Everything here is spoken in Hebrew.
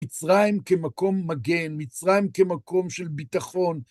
מצרים כמקום מגן, מצרים כמקום של ביטחון.